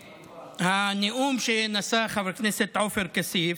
הנאום שנשא חבר הכנסת עופר כסיף,